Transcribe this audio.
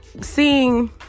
seeing